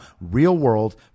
real-world